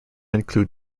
include